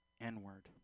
n-word